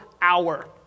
hour